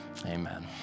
Amen